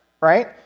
right